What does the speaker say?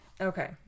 Okay